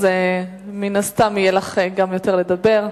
אז מן הסתם יהיה לך גם יותר לדבר.